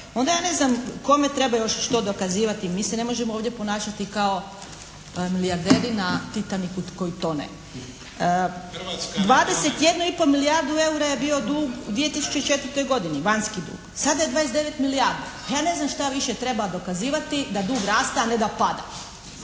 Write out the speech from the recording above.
onda ja ne znam kome treba još što dokazivati. Mi se ne možemo ovdje ponašati kao milijarderi na Titaniku koji tone. 21,5 milijardu eura je bio dug u 2004. godini, vanjski dug, sada je 29 milijardi. Ja ne znam šta više treba dokazivati da dug raste a ne da pada.